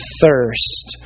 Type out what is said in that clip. thirst